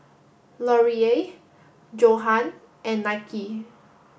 L Oreal Johan and Nike